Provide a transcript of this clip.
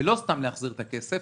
ולא סתם להחזיר את הכסף